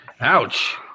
Ouch